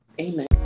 amen